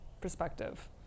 perspective